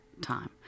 time